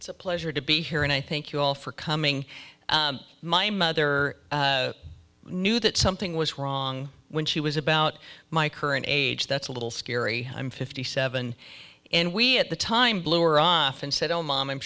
it's a pleasure to be here and i thank you all for coming my mother knew that something was wrong when she was about my current age that's a little scary i'm fifty seven and we at the time bluer often said oh mom i'm